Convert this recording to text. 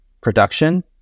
production